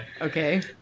Okay